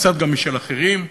וקצת גם משל אחרים,